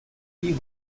wie